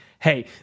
Hey